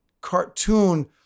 cartoon